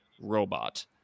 robot